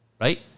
right